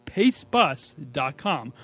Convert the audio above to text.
PaceBus.com